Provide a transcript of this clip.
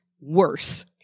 Worse